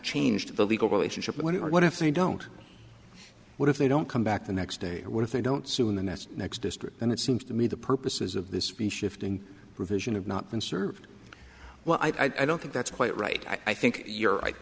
changed the legal relationship but what if they don't what if they don't come back the next day or what if they don't soon that's next district then it seems to me the purposes of this be shifting provision of not been served well i don't think that's quite right i think you're right